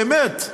באמת.